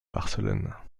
barcelone